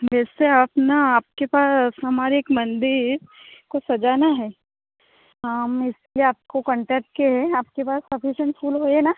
वैसे अपना आपके पास हमारी एक मंदिर को सजाना है हाँ मैं इसलिए आपको कांटेक्ट की आपके पास सफिशिएंट फूल है ना